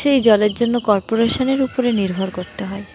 সেই জলের জন্য কর্পোরেশনের উপরে নির্ভর করতে হয়